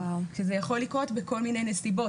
שזה יכול לקרות בכל מיני נסיבות,